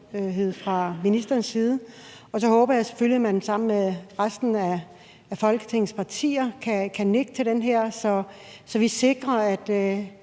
fra ministerens side, og så håber jeg selvfølgelig, at man sammen med resten af Folketingets partier kan nikke til det her, så vi sikrer, at